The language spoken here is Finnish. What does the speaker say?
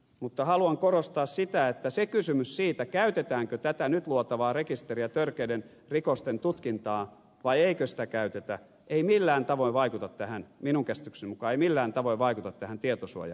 mutta haluan korostaa sitä että se kysymys siitä käytetäänkö tätä nyt luotavaa rekisteriä törkeiden rikosten tutkintaan vai eikö sitä käytetä ei millään tavoin vaikuta minun käsitykseni mukaan tähän tietosuojakysymykseen